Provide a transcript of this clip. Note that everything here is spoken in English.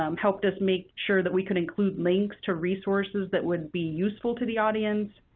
um helped us make sure that we could include links to resources that would be useful to the audience,